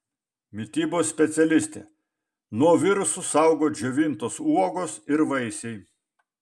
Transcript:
mitybos specialistė nuo virusų saugo džiovintos uogos ir vaisiai